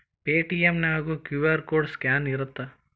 Paytm ನ್ಯಾಗು QR code scan ಇರತ್ತ